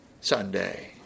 Sunday